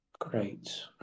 Great